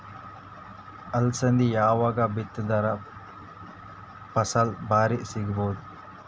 ಅಲಸಂದಿ ಯಾವಾಗ ಬಿತ್ತಿದರ ಫಸಲ ಭಾರಿ ಸಿಗಭೂದು?